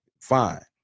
fine